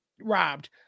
robbed